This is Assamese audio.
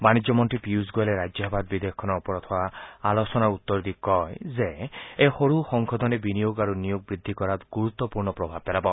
বাণিজ্য মন্ত্ৰী পিয়ুছ গোৱেলে ৰাজ্যসভাত বিধেয়কখনৰ ওপৰত হোৱা আলোচনাৰ উত্তৰ দি কয় যে এই সৰু সংশোধনে বিনিয়োগ আৰু নিয়োগ বৃদ্ধি কৰাত গুৰুত্বপূৰ্ণ প্ৰভাৱ পেলাব